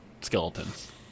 skeletons